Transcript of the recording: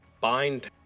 bind